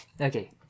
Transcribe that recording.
Okay